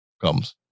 comes